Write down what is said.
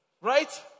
Right